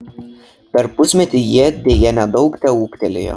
per pusmetį jie deja nedaug teūgtelėjo